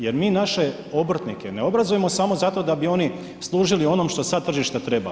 Jer mi naše obrtnike ne obrazujemo samo zato da bi oni služili onom što sad tržište treba.